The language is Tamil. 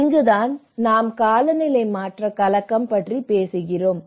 இங்குதான் நாம் காலநிலை மாற்ற கலக்கம் பற்றி பேசுகிறோம்